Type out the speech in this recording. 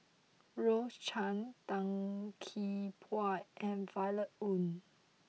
Rose Chan Tan Gee Paw and Violet Oon